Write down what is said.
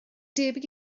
debyg